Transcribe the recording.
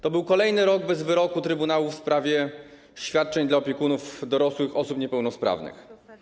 To był kolejny rok bez wyroku trybunału w sprawie świadczeń dla opiekunów dorosłych osób niepełnosprawnych.